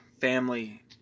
family